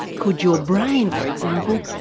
could your brain, for example,